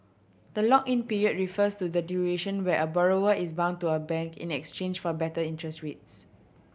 the lock in period refers to the duration where a borrower is bound to a bank in exchange for better interest rates